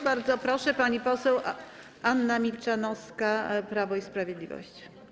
Bardzo proszę, pani poseł Anna Milczanowska, Prawo i Sprawiedliwość.